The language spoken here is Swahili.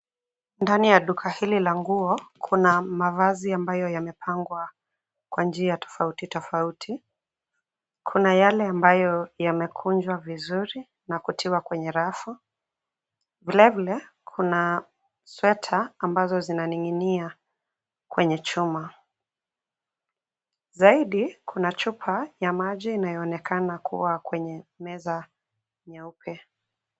Ndani ya duka hili la nguo kuna mavazi ambayo yamepangwa kwa njia tofauti tofauti. Kuna yale ambayo yamekunjwa vizuri na kutiwa kwenye rafu. Vilevile, kuna sweta ambazo zinaning'inia kwenye chuma. Zaidi, kuna chupa ya maji inayoonekana kuwa kwa kwenye meza nyeupe.